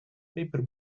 paper